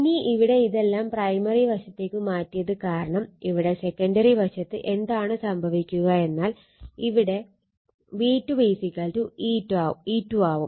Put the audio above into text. ഇനി ഇവിടെ ഇതെല്ലം പ്രൈമറി വശത്തേക്ക് മാറ്റിയത് കാരണം ഇവിടെ സെക്കണ്ടറി വശത്ത് എന്താണ് സംഭവിക്കുക എന്നാൽ ഇവിടെ V2 E2 ആവും